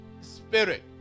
spirit